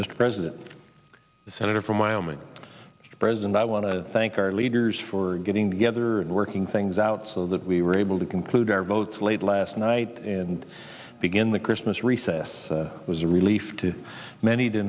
mr president senator from wyoming the president i want to thank our leaders for getting together and working things out so that we were able to conclude our votes late last night and begin the christmas recess was a relief to many to